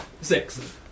Six